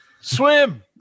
swim